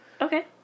Okay